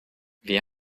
wer